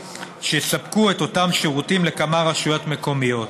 שיספקו את אותם שירותים לכמה רשויות מקומיות.